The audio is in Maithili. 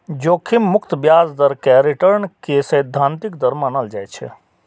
जोखिम मुक्त ब्याज दर कें रिटर्न के सैद्धांतिक दर मानल जाइ छै